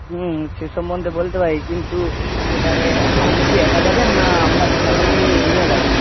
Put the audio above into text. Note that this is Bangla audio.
হুম সে সম্বন্ধে বলতে পারি কিন্তু এবারে আপনি কি একা যাবেন না আপনার ফ্যামিলি নিয়ে যাবেন